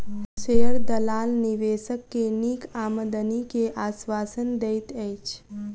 share दलाल निवेशक के नीक आमदनी के आश्वासन दैत अछि